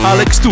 Alex